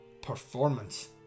performance